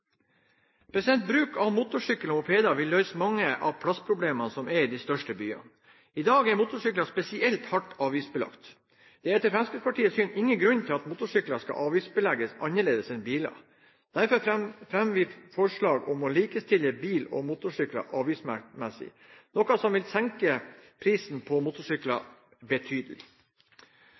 bruk av motorsykler og mopeder vil løse mange av plassproblemene i de største byene. I dag er motorsykler spesielt hardt avgiftsbelagt. Det er etter Fremskrittspartiets syn ingen grunn til at motorsykler skal avgiftsbelegges annerledes enn biler. Derfor fremmer vi forslag om å likestille bil og motorsykkel avgiftsmessig, noe som vil senke prisen på motorsykler betydelig.